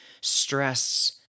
stress